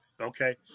Okay